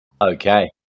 okay